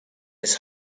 his